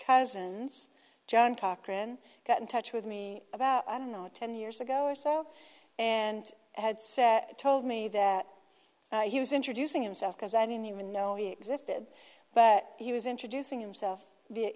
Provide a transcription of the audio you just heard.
cousins john cochran got in touch with me about i don't know ten years ago or so and had said told me that he was introducing himself because i knew him no he existed but he was introducing himself